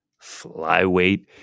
flyweight